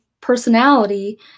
personality